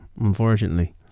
unfortunately